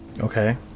Okay